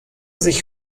sich